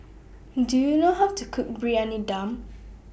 Do YOU know How to Cook Briyani Dum